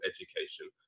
education